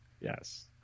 Yes